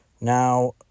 now